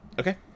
Okay